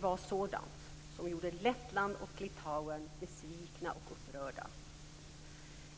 var sådant som gjorde Lettland och Litauen besvikna och upprörda.